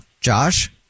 Josh